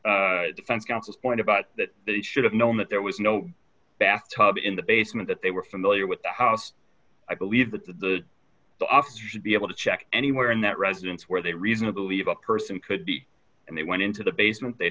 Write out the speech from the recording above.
counsel's point about that that he should have known that there was no bath tub in the basement that they were familiar with the house i believe that the office should be able to check anywhere in that residence where they reasonable leave a person could be and they went into the basement they